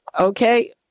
Okay